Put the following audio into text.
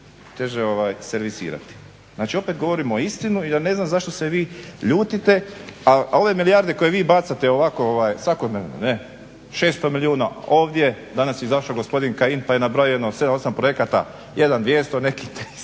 teže servisirati. Znači opet govorimo istinu i ja ne znam zašto se vi ljutite a ove milijarde koje vi bacate ovako svakodnevno ne, 600 milijuna ovdje, danas je izašao gospodin Kajin pa je nabrojao 7, 8 projekata jedan 200, jedan 300